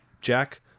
jack